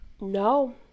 no